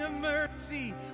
mercy